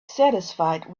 satisfied